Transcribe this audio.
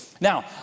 Now